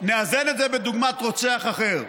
נאזן את זה בדוגמת רוצח אחר,